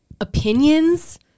opinions